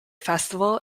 festival